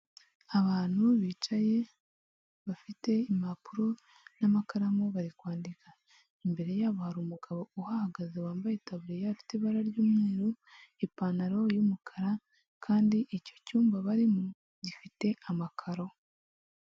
Abantu bicaye bafite impapuro n'amakaramu bari kwandika, imbere yabo hari umugabo uhahagaze wambaye itaburiya, ifite ibara ry'umweru, ipantaro y'umukara, kandi icyo cyumba barimo gifite amakaro.